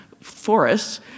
forests